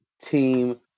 team